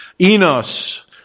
Enos